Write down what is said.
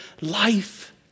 life